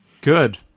Good